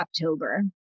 October